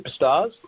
superstars